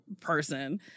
person